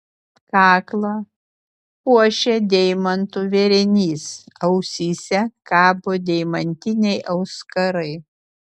kaklą puošia deimantų vėrinys ausyse kabo deimantiniai auskarai